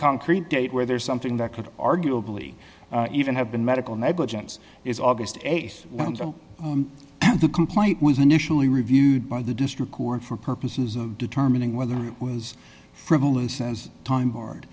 concrete date where there's something that could arguably even have been medical negligence is august th and the complaint was initially reviewed by the district court for purposes of determining whether it was frivolous as time board